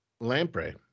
lamprey